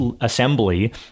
assembly